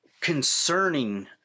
concerning